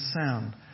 sound